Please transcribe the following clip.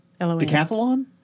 Decathlon